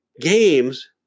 games